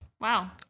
Wow